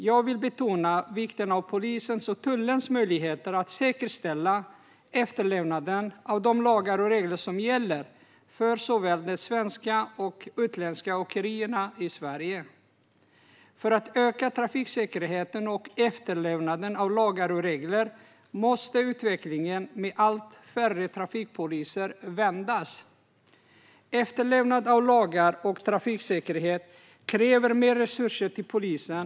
Jag vill betona vikten av polisens och tullens möjligheter att säkerställa efterlevnaden av de lagar och regler som gäller för såväl de svenska som de utländska åkerierna i Sverige. För att öka trafiksäkerheten och efterlevnaden av lagar och regler måste utvecklingen med allt färre trafikpoliser vändas. Efterlevnad av lagar och trafiksäkerhet kräver mer resurser till polisen.